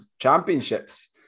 Championships